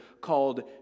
called